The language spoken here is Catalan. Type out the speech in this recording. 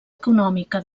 econòmica